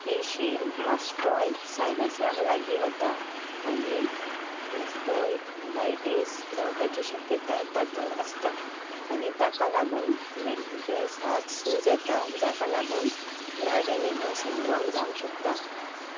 ही शीर मास्टोयड सायनसाक लागीं वता आनी मेस्टोय डायटीस जावपाची शक्यताय तातूंत आसता आनी ताका लागून मॅनिजे झात सूज येता जाका लागून ग्राडेनिगो सिंड्रॉम जावंक शकता